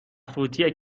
فوتی